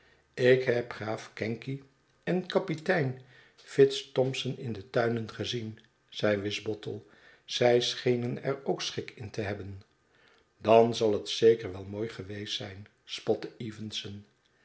ik heb graaf canky en kapitein fitz thompson in de tuinen gezien zeide wisbottle zij schenen er ook schik in te hebben dan zal het zeker wel mooi geweest zijn spotte evenson